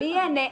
ייהנה מהם?